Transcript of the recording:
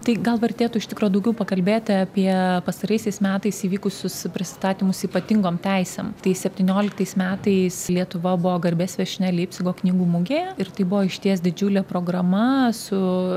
tai gal vertėtų iš tikro daugiau pakalbėti apie pastaraisiais metais įvykusius pristatymus ypatingom teisėm tai septynioliktais metais lietuva buvo garbės viešnia leipcigo knygų mugėje ir tai buvo išties didžiulė programa su